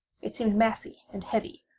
it seemed massy and heavy,